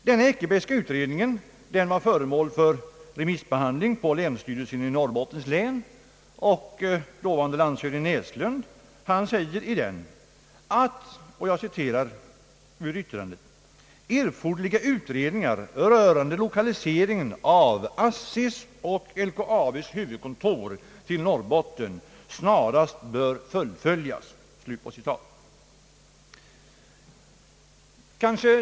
Den Eckerbergska utredningens betänkande var föremål för remissbehandling hos länsstyrelsen i Norrbottens län, och dåvarande landshövdingen Näslund yttrade därvid att »erforderliga utredningar beträffande lokaliseringen av ASSI:s och LKAB:s huvudkontor till Norrbotten snarast bör fullföljas».